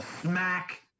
smack